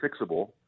fixable